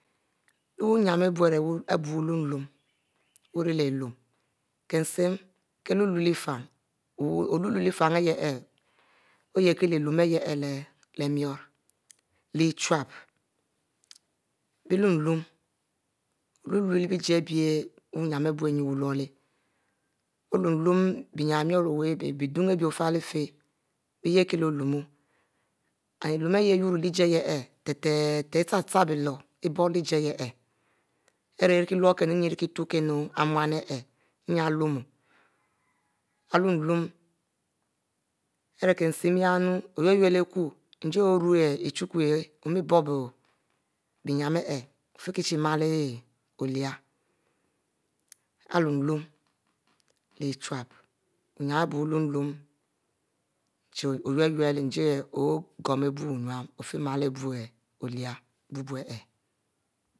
Leh bie nyiam kri biu wu luum-luum, kense kie luure luuie leh ifien wu oluuie-oluuie leh fin ihieh oh yeh kie ilume yeh leh mie urro leh iquepie ari luum-luum ogle-lelu leh bie jiie ari hieh oluum bie nyinu iwu o' iwum-wum, mierro chie-chie bie ininne iluum and iluum ihieh iwurro leh ari yeh kie ari ilurnu ijie ninne ari kie imunu lyieh ijie ari k'nsein yeh oylo ari k'nsein ihieh ninu-nnu arie knsein oyele-yele ori k'ue ori kie ekow ari kie knsein ari orue kwo nyiam ari benyiam ari luum-tehe |chie chie |aure